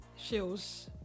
shills